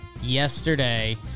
Yesterday